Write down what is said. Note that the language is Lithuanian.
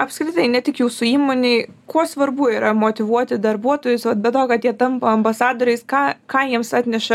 apskritai ne tik jūsų įmonėj kuo svarbu yra motyvuoti darbuotojus vat be to kad jie tampa ambasadoriais ką ką jiems atneša